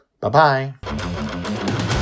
Bye-bye